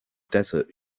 desert